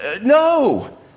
No